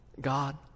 God